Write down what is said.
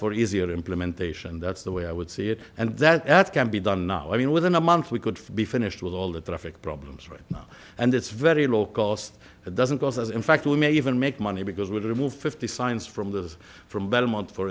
for easier implementation that's the way i would see it and that as can be done now i mean within a month we could be finished with all the traffic problems right now and it's very low cost that doesn't cause us in fact we may even make money because it would remove fifty signs from the us from belmont for